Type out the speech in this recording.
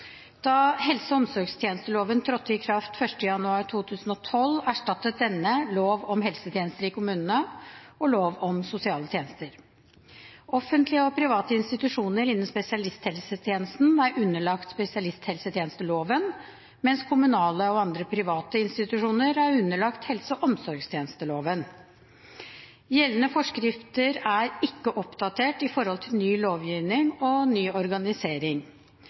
Da helse- og omsorgstjenesteloven trådte i kraft 1. januar 2012, erstattet denne lov om helsetjenester i kommunene og lov om sosiale tjenester. Offentlige og private institusjoner innen spesialisthelsetjenesten er underlagt spesialisthelsetjenesteloven, mens kommunale og andre private institusjoner er underlagt helse- og omsorgstjenesteloven. Gjeldende forskrifter er ikke oppdatert med hensyn til ny lovgivning og ny organisering.